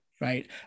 right